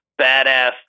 badass